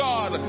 God